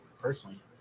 personally